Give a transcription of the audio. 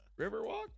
Riverwalk